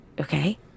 Okay